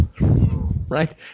right